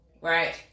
right